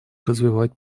развивать